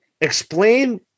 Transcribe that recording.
explain